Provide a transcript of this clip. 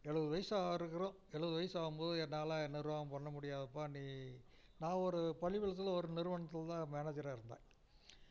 எழுபது வயது ஆக இருக்கிறோம் எழுபது வயது ஆகும்போது என்னால் நிர்வாகம் பண்ண முடியாதுப்பா நீ நான் ஒரு பள்ளிபாளையத்தில் ஒரு நிறுவனத்தில் தான் மேனேஜராக இருந்தேன்